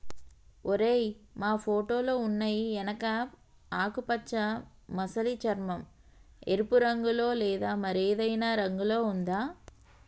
ఓరై మా ఫోటోలో ఉన్నయి ఎనుక ఆకుపచ్చ మసలి చర్మం, ఎరుపు రంగులో లేదా మరేదైనా రంగులో ఉందా